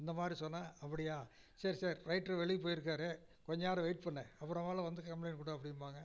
இந்த மாதிரி சொன்னால் அப்படியா சரி சரி ரைட்ரு வெளியே போய்ருக்காரு கொஞ்சம் நேரம் வெய்ட் பண்ணு அப்புறமேலு வந்து கம்ப்ளைண்ட் கொடு அப்படிம்பாங்க